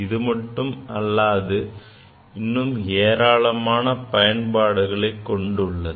இதுமட்டுமல்லாது இன்னும் ஏராளமான பயன்பாடுகளை கொண்டுள்ளது